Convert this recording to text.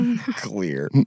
Clear